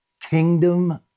Kingdom